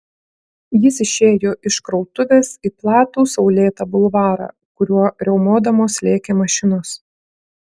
jis išėjo iš krautuvės į platų saulėtą bulvarą kuriuo riaumodamos lėkė mašinos